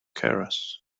keras